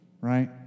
right